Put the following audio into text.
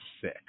sick